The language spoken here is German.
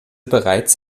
bereits